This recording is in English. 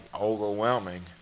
overwhelming